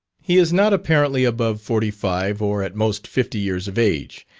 he is not apparently above forty-five, or at most fifty years of age,